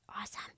awesome